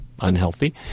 unhealthy